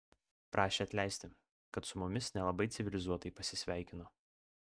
prašė atleisti kad su mumis nelabai civilizuotai pasisveikino